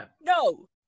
No